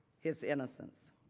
his innocence.